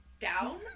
down